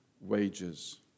wages